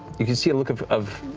you can see a look of of